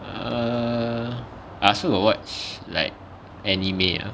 err I also got watch like anime ah